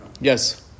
Yes